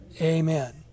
Amen